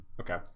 okay